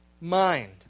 mind